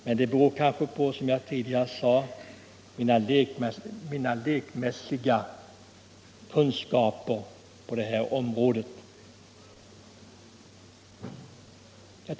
Men det beror kanske på, som jag tidigare sade, mina Ickmannamässiga kunskaper på det här området.